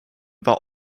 war